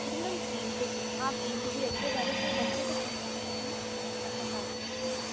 जी ma'am pink हाँ pink भी वैसे ज्यादातर बच्चों को पिंक कलर ही पसंद आता है